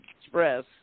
Express